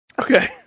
Okay